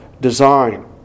design